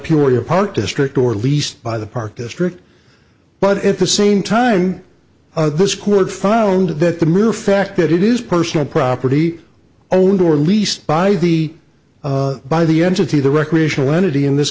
peoria park district or leased by the park district but at the same time this court found that the mere fact that it is personal property owned or leased by the by the entity the recreational entity in this